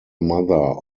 mother